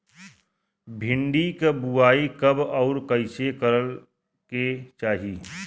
भिंडी क बुआई कब अउर कइसे करे के चाही?